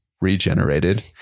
regenerated